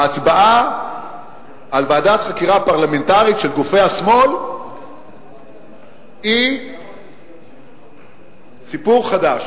ההצבעה על ועדת חקירה פרלמנטרית לגופי השמאל היא סיפור חדש,